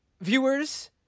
viewers